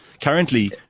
Currently